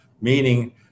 meaning